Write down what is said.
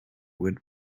would